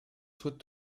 souhaite